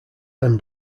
then